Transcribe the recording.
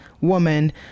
woman